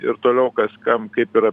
ir toliau kas kam kaip yra